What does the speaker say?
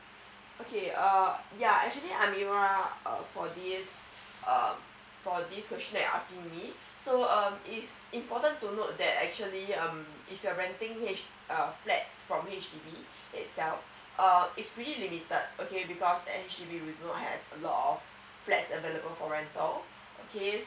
okay uh yeah actually amira err for this uh for this question that you're asking me so uh it's important to note that actually um if you're renting h flats from H_D_B itself uh it's pretty limited because H_D_B will not have a lot of flats available for rental okay